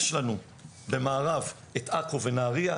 יש לנו במערב את עכו ונהריה,